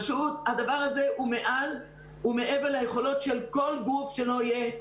הדבר הזה הוא מעבר ליכולות של גוף שלא יהיה,